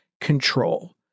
control